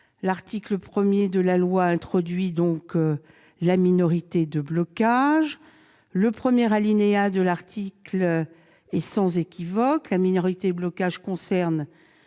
L'article 1 de ce texte introduit la minorité de blocage. Le premier alinéa de cet article est sans équivoque : la minorité de blocage concerne